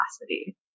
capacity